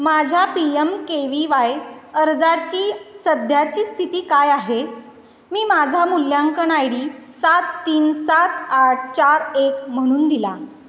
माझ्या P M K V Y अर्जाची सध्याची स्थिती काय आहे मी माझा मूल्यांकन आय डी सात तीन सात आठ चार एक म्हणून दिला